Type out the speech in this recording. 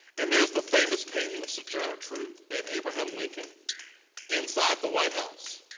and there's the famous painting of sojourner truth and abraham lincoln inside the white house.